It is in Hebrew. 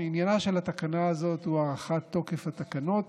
עניינה של התקנה הזאת הוא הארכת תוקף התקנות,